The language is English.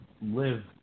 live